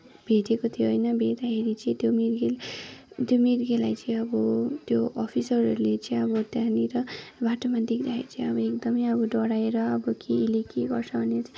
भेटेको थियो होइन भेट्दाखेरि चाहिँ त्यो मिर्गे त्यो मिर्गेलाई चाहिँ अब त्यो अफिसरहरूले चाहिँ अब त्यहाँनिर बाटोमा देख्दाखेरि चाहिँ अब एकदमै अब डराएर अब के यसले के गर्छ भनेर